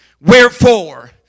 Wherefore